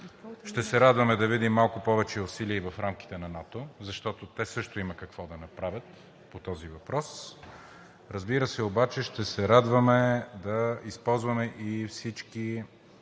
Ще се радваме да видим малко повече усилия и в рамките на НАТО, защото те също има какво да направят по този въпрос. Разбира се, обаче ще се радваме да използваме и всички